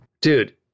Dude